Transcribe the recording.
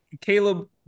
Caleb